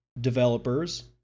developers